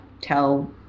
tell